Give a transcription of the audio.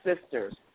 sisters